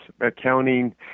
accounting